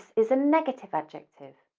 is a negative adjective,